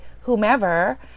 whomever